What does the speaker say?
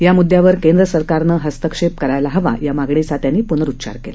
या मुददयावर केंद्र सरकारनं हस्तक्षेप करायला हवा या मागणीचा त्यांना प्नरुच्चार केला